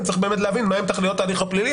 אני צריך באמת להבין מהן תכליות ההליך הפלילי.